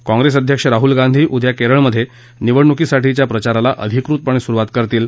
काँप्रेस अध्यक्ष राहूल गांधी उद्या केरळमध्ये निवडणुकीसाठीच्या प्रचाराला अधिकृतपणे सुरुवात करतील